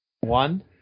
One